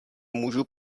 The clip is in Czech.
můžu